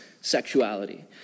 sexuality